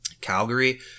Calgary